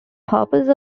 purpose